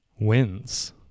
wins